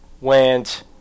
went